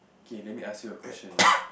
okay then we ask you a question lah